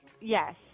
yes